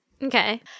Okay